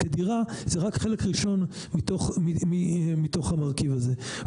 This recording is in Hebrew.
כי הדירה זה רק חלק ראשון מתוך המרכיב הזה.